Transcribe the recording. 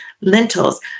lentils